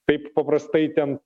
taip paprastai ten